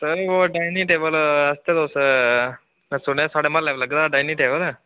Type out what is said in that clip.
sir ओह् dining table आस्तै तुस में सुनेआ थुआड़े म्हल्लै लग्गे दा हा डाइनिंग टेबल